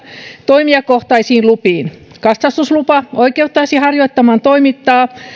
toimijakohtaisiin lupiin katsastuslupa oikeuttaisi harjoittamaan toimintaa